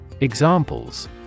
Examples